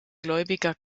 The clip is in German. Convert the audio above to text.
gläubiger